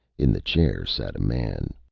in the chair sat a man.